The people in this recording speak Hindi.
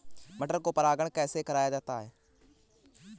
मटर को परागण कैसे कराया जाता है?